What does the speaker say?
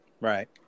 Right